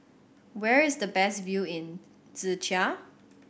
where is the best view in Czechia